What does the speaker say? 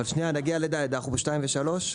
אבל שנייה, נגיד ל-(ד), אנחנו ב-(2) ו-(3).